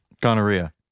Gonorrhea